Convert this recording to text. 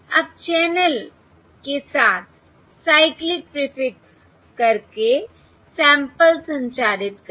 अब चैनल के साथ साइक्लिक प्रीफिक्स करके सैंपल्स संचारित करें